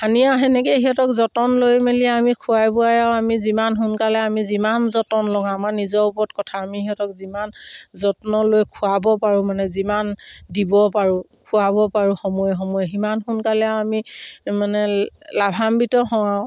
সানি আৰু তেনেকৈ সিহঁতক যতন লৈ মেলি আমি খোৱাই বোৱাই আৰু আমি যিমান সোনকালে আমি যিমান যতন লওঁ আমাৰ নিজৰ ওপৰত কথা আমি সিহঁতক যিমান যত্ন লৈ খোৱাব পাৰোঁ মানে যিমান দিব পাৰোঁ খোৱাব পাৰোঁ সময় সময় সিমান সোনকালেও আমি মানে লাভান্বিত হওঁ আৰু